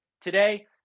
today